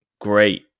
great